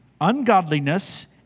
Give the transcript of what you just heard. ungodliness